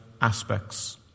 aspects